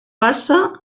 passa